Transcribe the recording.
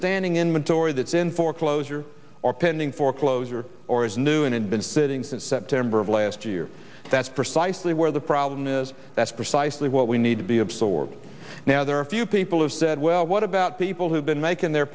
standing in mentor that's in foreclosure or pending foreclosure or is new and been sitting since september of last year that's precisely where the problem is that's precisely what we need to be absorbed now there are a few people have said well what about people who've been making their